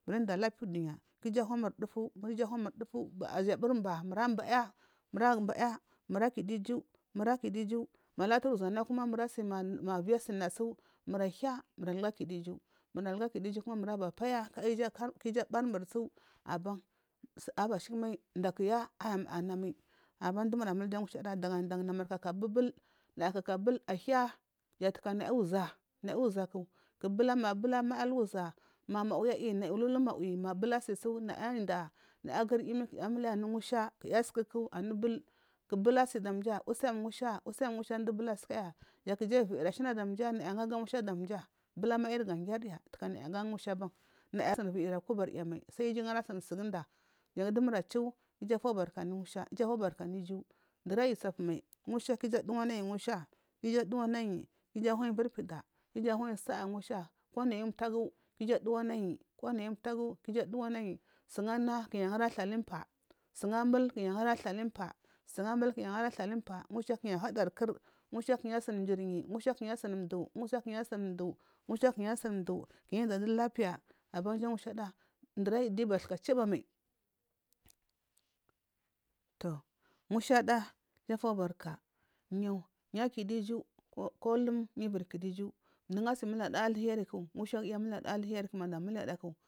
Munda lapiya uduniya ku iju wamur dutu iju wamur chitu ba shibiri bar mura baya mura kidu iju mura kidu iju ma laturi za viya na su mura hiya mura kidu iju mura tidu iju mura paya ku iju abarmur tsu aban abashikumai ndakuya aiyi namai aban dumur mulga mushada dagadan namur kaka bul bul naya kaka ahiya ya kakanaya uza naya uzaku ma bulamai lugaza ma mawi aiyi nay ligalu mawi mabul asitsu naya inda kuya aguri yimi kuya anayi ana musha kuya asusuku anubul kubul a sidamja usimu musha ndubul asukaya ya kugiyi viri ashia naya jan aga musha damya bulamairi ga girya naya aga musha abandam naya asuni viri kubarya mai sai igugara sunsuguda jan dumur achu iju atobarka anu musha tobarka anu iju dunayi tsapumai musha ku iju adulanayi musha ku iju aduwa ki iju anayi iviri pida ijuwayi sha’a musha konayi umtagu ku iju aduwanayi ko nayi umtagu ku iju aduwanayi suguna kuyi asunmgiryi musha kuyi asun mdu musha kuyi asun mdu kuyi indadu lapiya abanja mushada ndurayi diu bathuka chibamal toh mushada ijutobarka niyu akidu iju kolum niyu iviri kidu iju mdugu asamulayada alheriku mushada muhiya alheriku muliya daku.